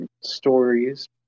stories